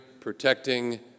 protecting